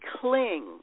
cling